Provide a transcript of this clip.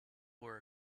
were